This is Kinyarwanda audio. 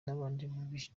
n’abandi